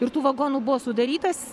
ir tų vagonų buvo sudarytas